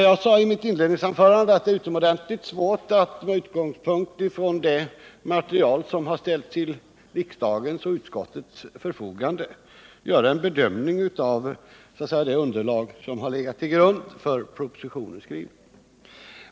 Jag sade i mitt inledningsanförande att det är utomordentligt svårt att med utgångspunkt i det material som ställts till riksdagens och utskottets förfogande göra en bedömning av underlaget för propositionen.